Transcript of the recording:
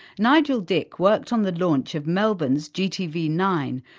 nigel dick worked on the launch of melbourne's gtv nine,